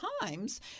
times